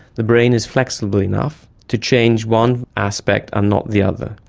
the brain is flexible enough to change one aspect and not the other.